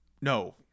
no